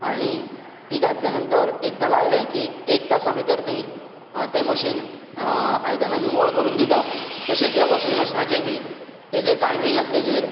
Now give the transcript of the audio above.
आतां ती घातल्या नंतर एकदां लायले की एक तासां भितर ती तें मशीन आयदनां निव्वळ करून दिता तशेंच ह्या वॉशिंग मशिनाचेंय बी तेजो टायमींग आसा तेचेर